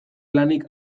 lanik